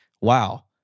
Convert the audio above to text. wow